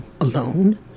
alone